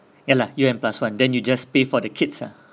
ya lah you and plus one then you just pay for the kids ah